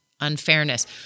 unfairness